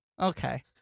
Okay